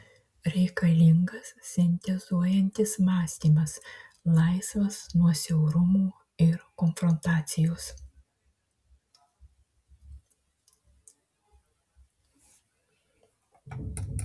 reikalingas sintezuojantis mąstymas laisvas nuo siaurumo ir konfrontacijos